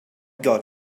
got